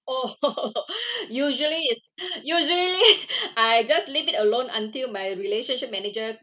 oh usually is usually I just leave it alone until my relationship manager